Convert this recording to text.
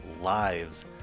lives